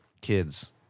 kids